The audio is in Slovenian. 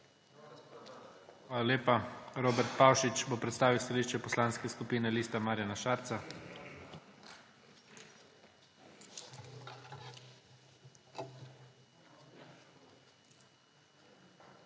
Hvala lepa. Robert Pavšič bo predstavil stališče Poslanske skupine Lista Marjana Šarca. **ROBERT